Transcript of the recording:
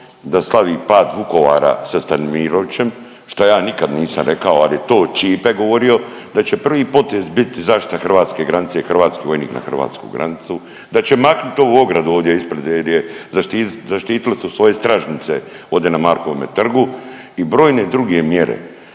da slavi pad Vukovara sa Stanimirovićem šta ja nikad nisam rekao. Ali je to Ćipe govorio, da će prvi potez biti zaštita hrvatske granice, hrvatski vojnik na hrvatsku granicu, da će maknut ovu ogradu ovdje ispred jer je, zaštitili su svoje stražnjice ovdje na Markovome trgu i brojne druge mjere.